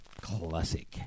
classic